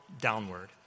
downward